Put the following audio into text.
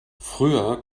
früher